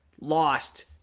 lost